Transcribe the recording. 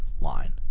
line